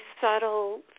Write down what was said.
subtle